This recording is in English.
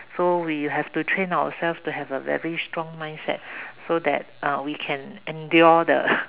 so we have to train ourselves to have a very strong mindset so that uh we can endure the